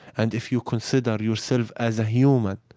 and if you consider yourself as a human,